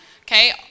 Okay